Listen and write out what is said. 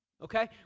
Okay